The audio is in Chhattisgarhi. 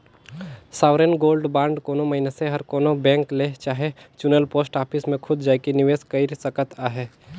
सॉवरेन गोल्ड बांड कोनो मइनसे हर कोनो बेंक ले चहे चुनल पोस्ट ऑफिस में खुद जाएके निवेस कइर सकत अहे